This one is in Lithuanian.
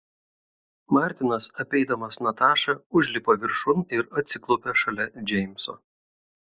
martinas apeidamas natašą užlipo viršun ir atsiklaupė šalia džeimso